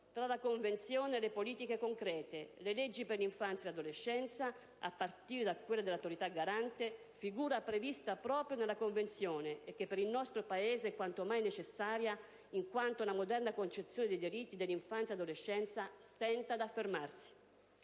tra la Convenzione e le politiche concrete, le leggi per l'infanzia e l'adolescenza, a partire da quella sull'Autorità garante, figura prevista proprio nella Convenzione e che per il nostro Paese è quanto mai necessaria in quanto una moderna concezione dei diritti dell'infanzia e dell'adolescenza stenta ad affermarsi.